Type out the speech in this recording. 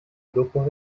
grupos